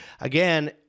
again